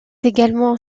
également